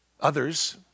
Others